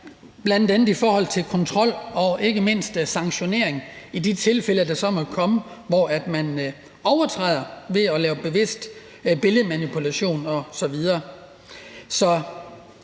bl.a. i forhold til kontrol og ikke mindst sanktionering i de tilfælde, der så måtte komme, hvor man overtræder det ved at lave bevidst billedmanipulation osv.